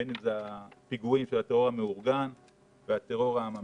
בין אם זה פיגועים של הטרור המאורגן ובין אם זה טרור עממי,